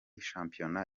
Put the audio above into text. shampiyona